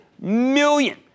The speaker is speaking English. Million